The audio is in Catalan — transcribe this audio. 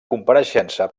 compareixença